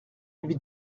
lui